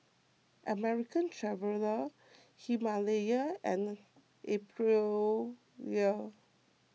American Traveller Himalaya and Aprilia